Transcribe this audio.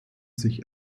sich